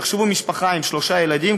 תחשבו על משפחה עם שלושה ילדים,